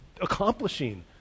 accomplishing